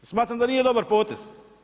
Smatram da nije dobar potez.